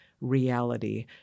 reality